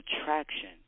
attraction